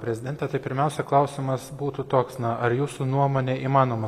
prezidente tai pirmiausia klausimas būtų toks na ar jūsų nuomone įmanoma